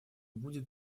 будет